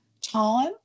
time